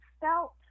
felt